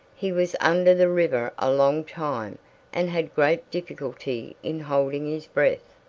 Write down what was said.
he was under the river a long time and had great difficulty in holding his breath.